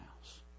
house